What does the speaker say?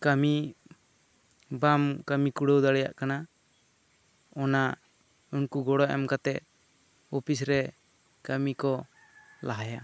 ᱠᱟᱹᱢᱤ ᱵᱟᱢ ᱠᱟᱹᱢᱤ ᱠᱩᱲᱟᱹᱣ ᱫᱟᱲᱮᱭᱟᱜ ᱠᱟᱱᱟ ᱚᱱᱟ ᱩᱱᱠᱩ ᱜᱚᱲᱚ ᱮᱢ ᱠᱟᱛᱮᱜ ᱚᱯᱤᱥ ᱨᱮ ᱠᱟᱹᱢᱤ ᱠᱚ ᱞᱟᱦᱟᱭᱟ